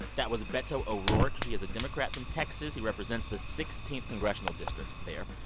that was beto o'rourke. he is a democrat from texas. he represents the sixteenth congressional district there,